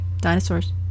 Dinosaurs